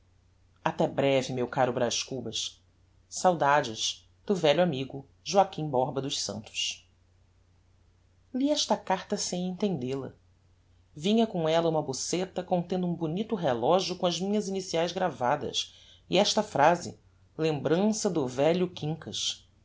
até breve meu caro braz cubas saudades do velho amigo joaquim borba dos santos li esta carta sem entendel a vinha com ella uma boceta contendo um bonito relogio com as minhas iniciaes gravadas e esta phrase lembrança do velho quincas